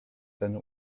seine